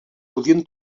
podien